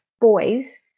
boys